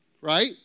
right